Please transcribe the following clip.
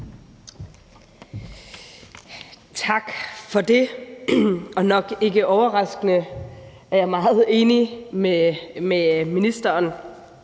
Tak for det. Og det er nok ikke overraskende, at jeg er meget enig med ministeren,